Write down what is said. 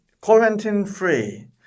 quarantine-free